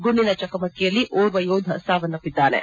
ಗುಂಡಿನ ಚಕಮಕಿಯಲ್ಲಿ ಓರ್ವ ಯೋಧ ಸಾವನ್ನಪ್ಪಿದ್ದಾನೆ